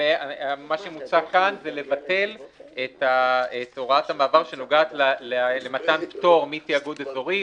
מה שמוצע כאן זה לבטל את הוראת המעבר שנוגעת למתן פטור מתיאגוד אזורי,